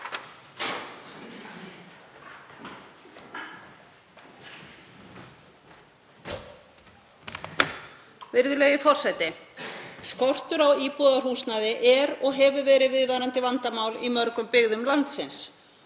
Virðulegi forseti. Skortur á íbúðarhúsnæði er og hefur verið viðvarandi vandamál í mörgum byggðum landsins